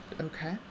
Okay